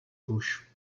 bush